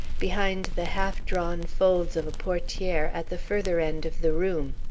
behind the half-drawn folds of a portiere at the further end of the room.